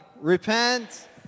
Repent